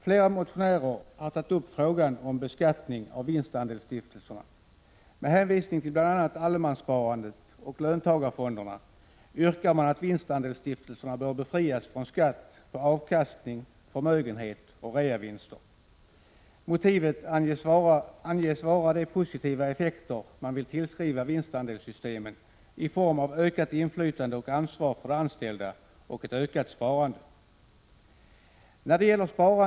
Flera motionärer har tagit upp frågan om beskattning av vinstandelsstiftelserna. Med hänvisning till bl.a. allemanssparandet och löntagarfonderna yrkar man att vinstandelsstiftelserna bör befrias från skatt på avkastning, förmögenhet och reavinster. Motivet anges vara de positiva effekter man vill tillskriva vinstandelssystemen, i form av ökat inflytande och ansvar för de anställda, och ett ökat sparande.